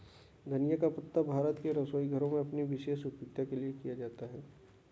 धनिया का पत्ता भारत के रसोई घरों में अपनी विशेष उपयोगिता के लिए जाना जाता है